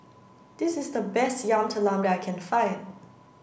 this is the best Yam Talam that I can find